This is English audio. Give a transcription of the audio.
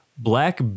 Black